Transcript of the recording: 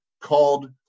called